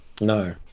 no